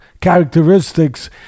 characteristics